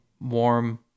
warm